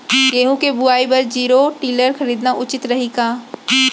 गेहूँ के बुवाई बर जीरो टिलर खरीदना उचित रही का?